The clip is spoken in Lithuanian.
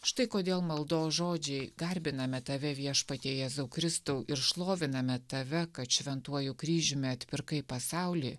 štai kodėl maldos žodžiai garbiname tave viešpatie jėzau kristau ir šloviname tave kad šventuoju kryžiumi atpirkai pasaulį